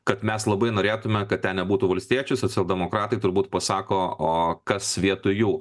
kad mes labai norėtume kad ten nebūtų valstiečių socialdemokratai turbūt pasako o kas vietoj jų